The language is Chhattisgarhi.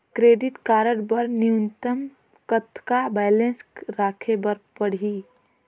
क्रेडिट कारड बर न्यूनतम कतका बैलेंस राखे बर पड़ही?